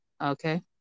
Okay